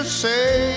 say